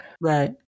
Right